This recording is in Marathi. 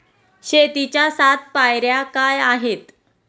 शेतीच्या सात पायऱ्या काय आहेत?